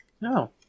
No